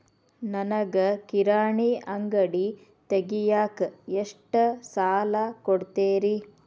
ನನಗ ಕಿರಾಣಿ ಅಂಗಡಿ ತಗಿಯಾಕ್ ಎಷ್ಟ ಸಾಲ ಕೊಡ್ತೇರಿ?